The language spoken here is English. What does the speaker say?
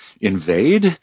invade